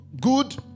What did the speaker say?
good